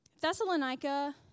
Thessalonica